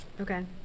Okay